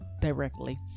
directly